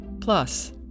Plus